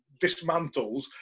dismantles